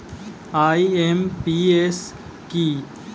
IMPS কি?